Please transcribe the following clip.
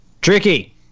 Tricky